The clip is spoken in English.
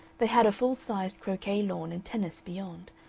they had a full-sized croquet lawn and tennis beyond,